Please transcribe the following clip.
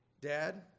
Dad